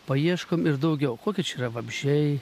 paieškom ir daugiau kokie čia yra vabzdžiai